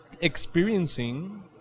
experiencing